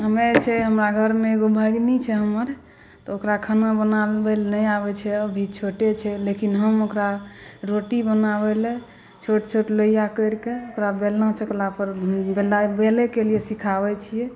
हमे छै हमरा घरमे एगो भगिनी छै हमर तऽ ओकरा खाना बनाबैलए नहि आबै छै अभी छोटे छै लेकिन हम ओकरा रोटी बनाबैलए छोट छोट लोइआ करिके ओकरा बेलना चकलापर बेलैके लिए सिखाबै छिए